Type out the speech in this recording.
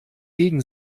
gegen